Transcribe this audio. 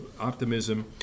optimism